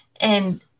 and-